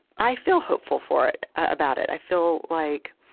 i feel hopeful for it about it. i feel like